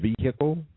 vehicle